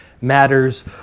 matters